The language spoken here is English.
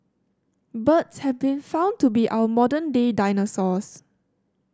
birds have been found to be our modern day dinosaurs